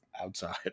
outside